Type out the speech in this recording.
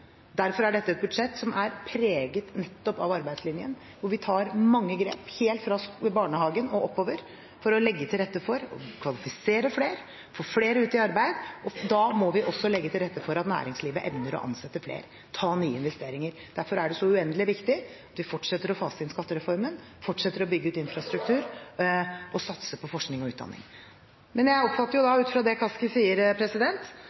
Derfor er dette er budsjett som er preget nettopp av arbeidslinjen, hvor vi tar mange grep, helt fra barnehagen og oppover, for å legge til rette for å kvalifisere flere og få flere ut i arbeid. Da må vi også legge til rette for at næringslivet evner å ansette flere og ta nye investeringer. Derfor er det så uendelig viktig at vi fortsetter å fase inn skattereformen, at vi fortsetter å bygge ut infrastruktur, og at vi satser på forskning og utdanning. Jeg oppfatter,